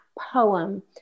poem